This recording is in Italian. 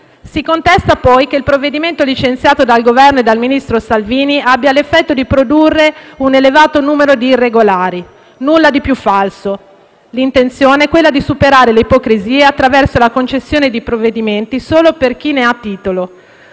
Si contesta poi che il provvedimento licenziato dal Governo e dal ministro Salvini abbia l'effetto di produrre un elevato numero di irregolari. Nulla di più falso: l'intenzione è quella di superare l'ipocrisia attraverso la concessione di provvedimenti solo per chi ne ha titolo.